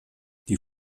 die